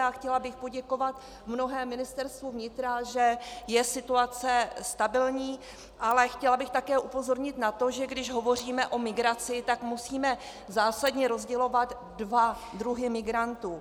A chtěla bych poděkovat v mnohém Ministerstvu vnitra, že je situace stabilní, ale chtěla bych také upozornit na to, že když hovoříme o migraci, tak musíme zásadně rozdělovat dva druhy imigrantů.